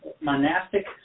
monastic